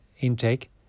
intake